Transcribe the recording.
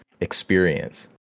experience